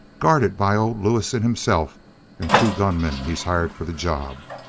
guarded by old lewison himself and two gunmen he's hired for the job.